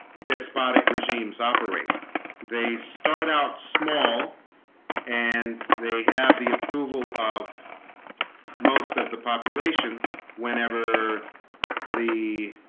despotic regimes operate they start out small and they have the approval of most of the population whenever the